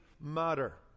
matter